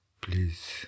Please